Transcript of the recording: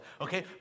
Okay